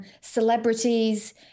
celebrities